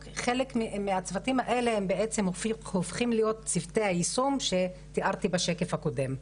הצוותים האלה הופכים להיות צוותי היישום שתיארתי בשקף הקודם.